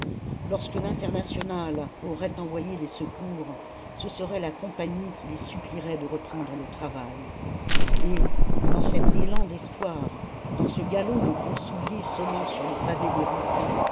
lorsque l'internationale aurait envoyé des secours ce serait la compagnie qui les supplierait de reprendre le travail et dans cet élan d'espoir dans ce galop de gros souliers sonnant sur le pavé des routes